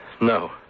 No